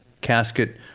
casket